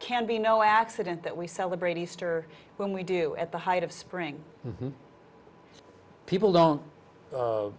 can be no accident that we celebrate easter when we do at the height of spring people don't